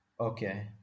Okay